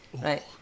right